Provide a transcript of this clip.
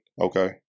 Okay